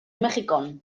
mexikon